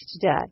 today